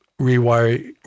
Rewire